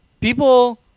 People